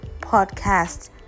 podcasts